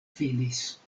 finis